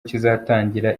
kizatangira